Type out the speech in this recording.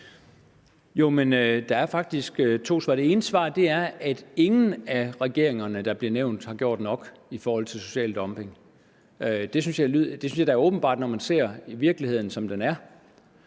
Det ene svar er, at ingen af regeringerne, der bliver nævnt, har gjort nok i forhold til social dumping. Det synes jeg da er åbenbart, når man ser, hvordan virkeligheden ser ud – ser